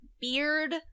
beard